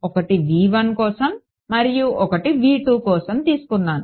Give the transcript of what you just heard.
ఒకటి కోసం మరియు ఒకటి కోసం తీసుకున్నాను